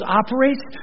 operates